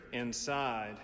inside